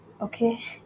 okay